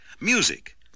music